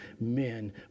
men